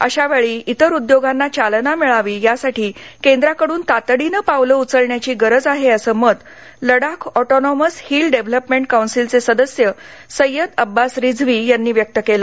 अशावेळी इतर उद्योगांना चालना मिळावी यासाठी केंद्राकडून तातडीने पावले उचलण्याची गरज आहे असं मत लडाख ऑटोनॉमस हील डेव्हलपमेंट कौन्सिलचे सदस्य सय्यद अब्बास रिझवी यांनी व्यक्त केलं